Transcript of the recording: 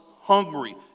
hungry